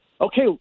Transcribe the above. okay